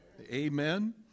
Amen